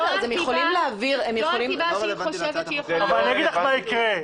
אני אגיד לך מה יקרה.